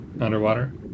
underwater